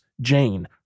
Jane